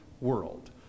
world